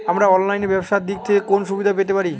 আমরা অনলাইনে ব্যবসার দিক থেকে কোন সুবিধা পেতে পারি?